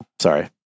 Sorry